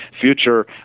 future